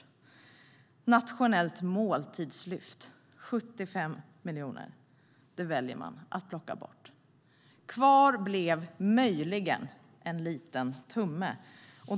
För området Nationellt måltidslyft plockar man bort 75 miljoner. Kvar blev möjligen en liten tumme.